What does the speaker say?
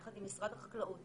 יחד עם משרד החקלאות,